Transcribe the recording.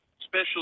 special